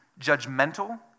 judgmental